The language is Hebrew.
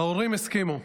ההורים הסכימו,